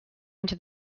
into